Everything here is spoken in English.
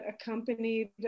accompanied